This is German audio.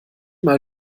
mal